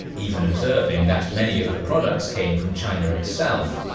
even observing that many of the products came from china itself.